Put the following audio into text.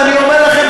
ואני אומר לכם,